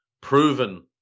Proven